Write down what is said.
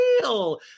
real